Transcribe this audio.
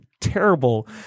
terrible